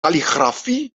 kalligrafie